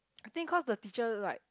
I think cause the teacher like